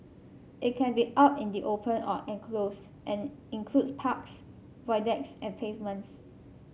it can be out in the open or enclosed and includes parks Void Decks and pavements